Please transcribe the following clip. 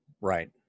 Right